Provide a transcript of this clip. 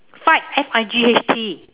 fight F I G H T